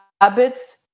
habits